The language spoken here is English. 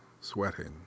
sweating